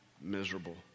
miserable